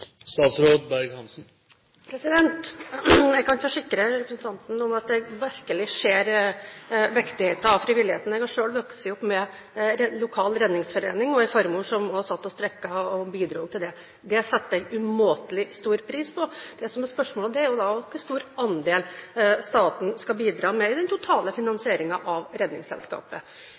Jeg kan forsikre representanten om at jeg virkelig ser viktigheten av frivilligheten. Jeg har selv vokst opp med en lokal redningsforening og en farmor som satt og strikket og bidro til den. Det setter jeg umåtelig stor pris på. Det som er spørsmålet, er jo da hvor stor andel staten skal bidra med i den totale finansieringen av Redningsselskapet.